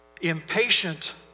impatient